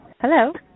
Hello